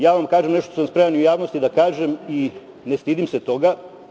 Ja vam kažem nešto što sam spreman u javnosti da kažem i ne stidim se toga.